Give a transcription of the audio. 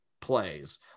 plays